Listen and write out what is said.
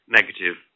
negative